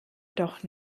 doch